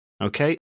Okay